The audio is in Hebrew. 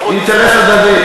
אינטרס הדדי,